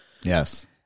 Yes